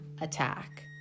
attack